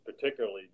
particularly